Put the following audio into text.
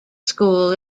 school